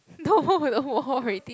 no no more already